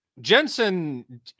Jensen